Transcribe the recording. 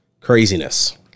Craziness